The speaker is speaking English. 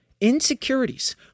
insecurities